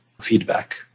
feedback